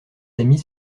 amis